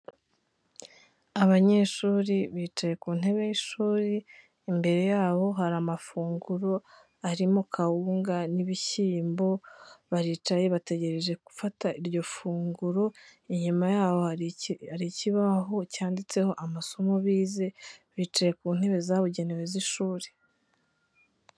Abanyeshuri bicaye ku ntebe y'ishuri, imbere yabo hari amafunguro arimo kawunga n'ibishyiyimbo, baricaye, bategereje gufata iryo funguro, inyuma y'aho hari ikibaho cyanditseho amasomo bize, bicaye ku ntebe zabugenewe z'ishuri.